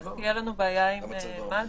אז תהיה לנו בעיה עם מד"א,